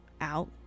out